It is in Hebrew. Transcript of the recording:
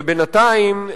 ובינתיים,